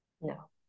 no